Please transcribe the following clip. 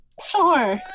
Sure